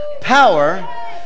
power